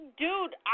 dude